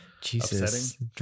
Jesus